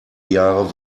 jahre